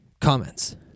Comments